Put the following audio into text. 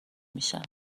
میشن